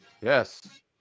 Yes